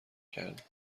کرده